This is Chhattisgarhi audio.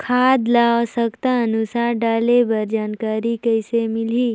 खाद ल आवश्यकता अनुसार डाले बर जानकारी कइसे मिलही?